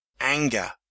Anger